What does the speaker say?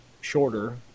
shorter